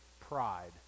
Pride